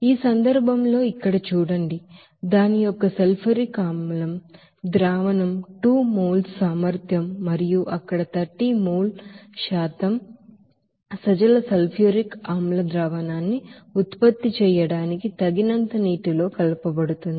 ఈ సందర్భంలో ఇక్కడ చూడండి దాని యొక్క సల్ఫ్యూరిక్ ಆಸಿಡ್ ಸೊಲ್ಯೂಷನ್ 2 మోల్ సామర్థ్యం మరియు అక్కడ 30 మోల్ శాతం సజల సల్ఫ్యూరిక్ ಆಸಿಡ್ ಸೊಲ್ಯೂಷನ್న్ని ఉత్పత్తి చేయడానికి తగినంత నీటితో కలపబడుతుంది